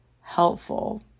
helpful